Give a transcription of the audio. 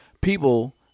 People